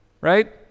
right